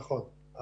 נכון.